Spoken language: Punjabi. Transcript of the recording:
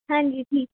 ਹਾਂਜੀ ਠੀਕ